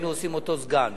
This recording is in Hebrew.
היינו עושים אותו סגן?